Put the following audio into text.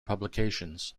publications